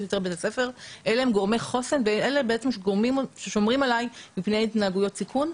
בית הספר אלה הם גורמי חוסן ששומרים עליי מפני התנהגויות סיכון.